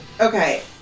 Okay